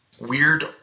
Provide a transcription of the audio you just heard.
weird